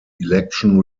election